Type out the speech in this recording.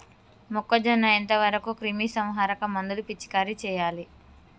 మొక్కజొన్న ఎంత వరకు క్రిమిసంహారక మందులు పిచికారీ చేయాలి?